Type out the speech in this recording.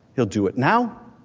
he'll do it now.